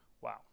Wow